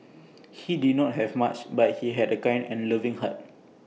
he did not have much but he had A kind and loving heart